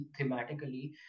thematically